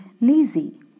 lazy